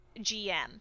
GM